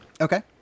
okay